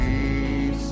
peace